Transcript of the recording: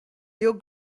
your